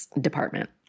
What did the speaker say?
department